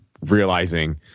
realizing